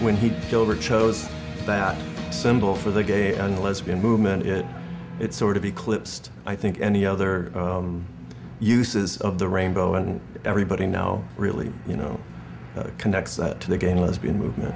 when he delivered chose that symbol for the gay and lesbian movement yet it's sort of eclipsed i think any other uses of the rainbow and everybody now really you know connects to the gay lesbian movement